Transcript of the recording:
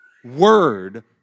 Word